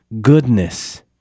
goodness